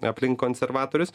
aplink konservatorius